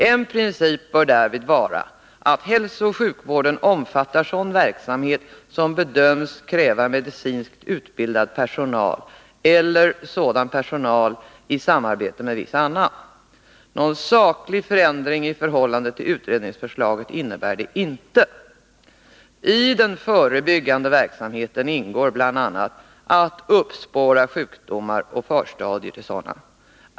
En princip bör därvid vara att hälsooch sjukvården omfattar sådan verksamhet som bedöms kräva medicinskt utbildad personal eller sådan personal i samarbete med viss annan personal. Någon saklig förändring i förhållande till utredningsförslaget innebär det inte. I den förebyggande verksamheten ingår bl.a. att uppspåra sjukdomar och förstadier till sådana.